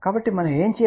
కాబట్టి మనం ఏమి చేయాలి